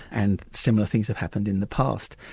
and similar things have happened in the past.